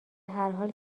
هرحال